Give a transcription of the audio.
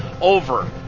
over